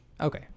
Okay